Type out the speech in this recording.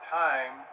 time